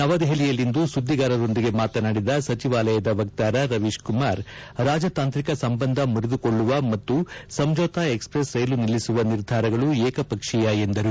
ನವದೆಪಲಿಯಲ್ಲಿಂದು ಸುದ್ಲಿಗಾರರೊಂದಿಗೆ ಮಾತನಾಡಿದ ಸಚಿವಾಲಯದ ವಕ್ನಾರ ರವೀಶ್ ಕುಮಾರ್ ರಾಜತಾಂತ್ರಿಕ ಸಂಬಂಧ ಮುರಿದುಕೊಳ್ಳುವ ಮತ್ತು ಸಂಜೋತ ಎಕ್ಪ್ರೆಸ್ ರೈಲು ನಿಲ್ಲಿಸುವ ನಿರ್ಧಾರಗಳು ಏಕಪಕ್ಷೀಯ ಎಂದರು